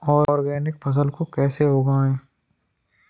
Organic फसल को कैसे उगाएँ?